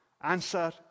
Answer